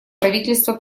правительство